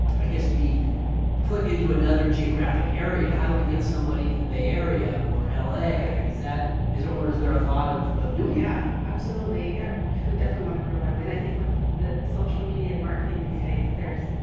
i guess be put into another geographic area? how do we get somebody in the bay area? or um la is that is or is there a thought of of doing? yeah, absolutely. and we definitely want to grow that way. and i think with the social media and marketing these days, there's,